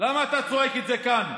למה אתה צועק את זה כאן?